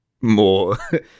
more